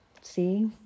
See